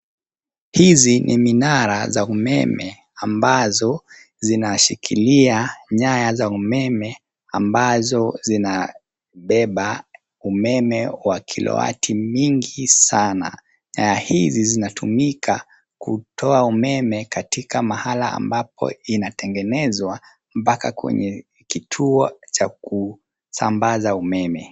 Hizi ni minara ya umeme ambazo zinashikilia nyaya za umeme ambazo zina beba umme wa kilowati mingi sana na hizi zinatumika kutoa umeme katika mahala ambapo inakotengenezwa mpaka kwenye kituo cha kusambaza umeme.